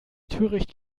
töricht